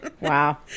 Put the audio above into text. Wow